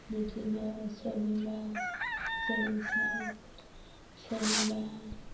बिदिनो सोरनिबा जोनोम सान सोरनिबा